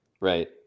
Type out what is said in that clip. right